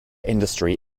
industry